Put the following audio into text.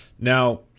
Now